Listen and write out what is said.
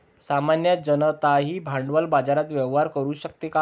सामान्य जनताही भांडवली बाजारात व्यवहार करू शकते का?